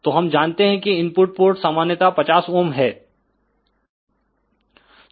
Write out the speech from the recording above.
तो हम जानते हैं कि इनपुट पोर्ट सामान्यता 50 ओम हैं